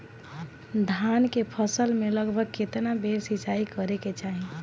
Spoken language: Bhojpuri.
धान के फसल मे लगभग केतना बेर सिचाई करे के चाही?